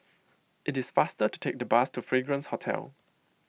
it is faster to take the bus to Fragrance Hotel